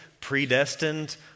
predestined